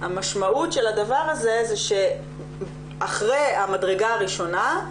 המשמעות של הדבר הזה היא שאחרי המדרגה הראשונה,